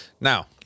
Now